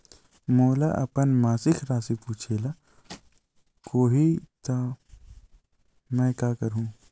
मोला अपन मासिक राशि पूछे ल होही त मैं का करहु?